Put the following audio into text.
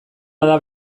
bada